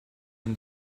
him